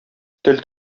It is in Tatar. тел